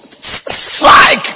strike